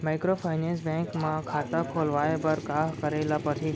Microfinance bank म खाता खोलवाय बर का करे ल परही?